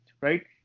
right